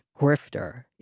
grifter